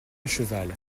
cheval